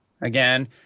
again